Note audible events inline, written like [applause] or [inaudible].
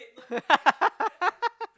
[laughs]